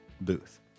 booth